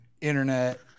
internet